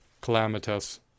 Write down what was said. Calamitous